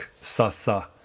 Sasa